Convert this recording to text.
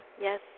Yes